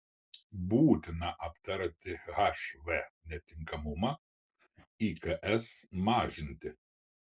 būtina aptarti hv netinkamumą iks mažinti